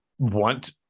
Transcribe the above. want